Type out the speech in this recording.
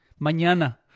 Mañana